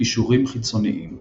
קישורים חיצוניים